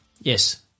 Yes